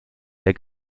der